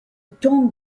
tombe